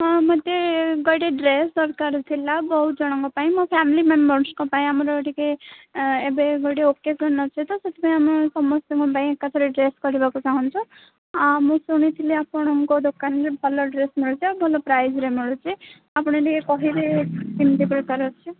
ହଁ ମୋତେ ଗୋଟେ ଡ୍ରେସ୍ ଦରକାର ଥିଲା ବହୁତ ଜଣଙ୍କ ପାଇଁ ମୋ ଫ୍ୟାମିଲି ମେମ୍ବରସ୍ଙ୍କ ପାଇଁ ଆମର ଟିକେ ଏବେ ଗୋଟେ ଓକେଜନ୍ ଅଛି ତ ସେଥିପାଇଁ ଆମ ସମସ୍ତଙ୍କ ପାଇଁ ସମସ୍ତଙ୍କ ପାଇଁ ଏକାଥରେ ଡ୍ରେସ୍ କରିବାକୁ ଚାହୁଁଛୁ ମୁଁ ଶୁଣିଥିଲି ଆପଣଙ୍କ ଦୋକାନରେ ଭଲ ଡ୍ରେସ୍ ମିଳୁଛି ଆଉ ଭଲ ପ୍ରାଇଜ୍ରେ ମିଳୁଛି ଆପଣ ଟିକେ କହିବେ କେମିତି ପ୍ରକାର ଅଛି